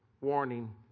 Warning